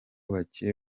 bakire